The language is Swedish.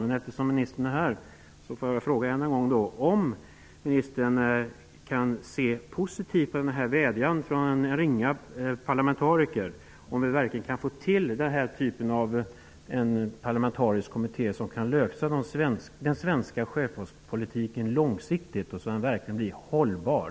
Men eftersom ministern alltså är här frågar jag ännu en gång om ministern kan se positivt på gjorda vädjan från en ringa parlamentariker. Det handlar alltså om huruvida vi kan få till stånd en parlamentarisk kommitté som kan komma med en långsiktig lösning beträffande den svenska sjöfartspolitiken, så att denna verkligen blir hållbar.